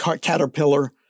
Caterpillar